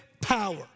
power